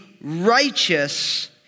righteous